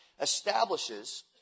establishes